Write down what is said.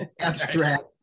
abstract